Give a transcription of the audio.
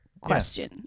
question